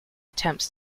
attempts